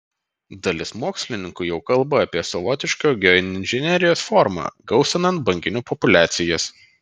dalis mokslininkų jau kalba apie savotišką geoinžinerijos formą gausinant banginių populiacijas